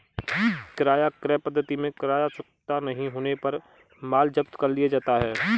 किराया क्रय पद्धति में किराया चुकता नहीं होने पर माल जब्त कर लिया जाता है